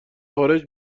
خارج